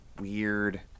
weird